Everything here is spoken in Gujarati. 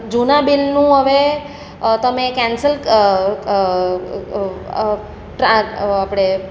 જૂના બિલનું હવે તમે કેન્સલ આપણે